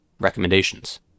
recommendations